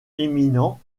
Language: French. éminent